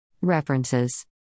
References